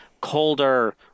colder